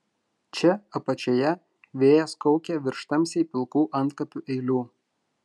čia apačioje vėjas kaukia virš tamsiai pilkų antkapių eilių